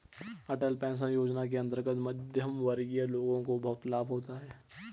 अटल pension योजना के अंतर्गत मध्यमवर्गीय लोगों को बहुत लाभ होता है